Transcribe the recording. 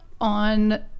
on